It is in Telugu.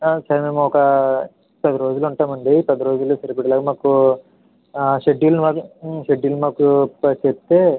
సార్ మేము ఒక పదిరోజులు ఉంటాం అండి పది రోజులలో సరిపడేలాగ మాకు షెడ్యూల్ మాకు షెడ్యూల్ మాకు చెప్తే